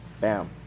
Bam